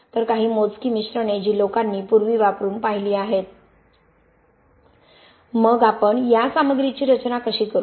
तर काही मोजकी मिश्रणे जी लोकांनी पूर्वी वापरून पाहिली आहेत मग आपण या सामग्रीची रचना कशी करू